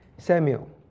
Samuel